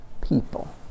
people